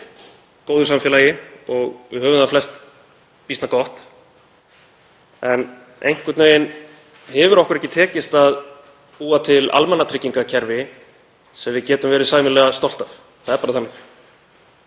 góðu samfélagi og flest höfum við það býsna gott. En einhvern veginn hefur okkur ekki tekist að búa til almannatryggingakerfi sem við getum verið sæmilega stolt af. Það er bara þannig.